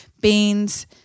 beans